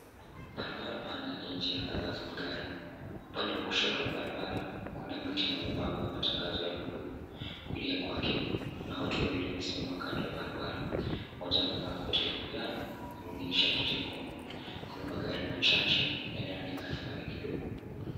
Barabara pana yenye njia kadhaa za magari, upande wa kushoto wa barabara kuna miti na mabango ya matangazo ya bluu, kulia kwake kuna watu wawili wamesimama kando ya barabara, mmoja amevaa koti la manjano, na mwingine shati jekundu. Kuna magari machache yanayoonekana mbali kidogo.